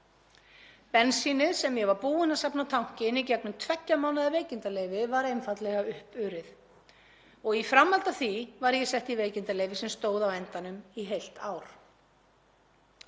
Bensínið sem ég var búin að safna á tankinn í gegnum tveggja mánaða veikindaleyfi var einfaldlega uppurið. Í framhaldi af því var sett í veikindaleyfi sem stóð á endanum í heilt ár.